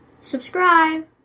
Subscribe